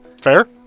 Fair